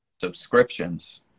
subscriptions